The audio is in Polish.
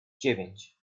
dziewięć